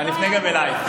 אני אפנה גם אלייך.